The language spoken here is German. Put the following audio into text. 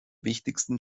wichtigsten